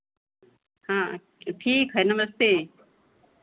हाँ ठीक है नमस्ते